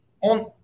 on